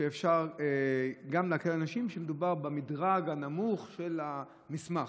ואפשר להקל על אנשים כשמדובר במדרג הנמוך של המסמך.